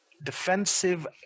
defensive